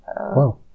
Wow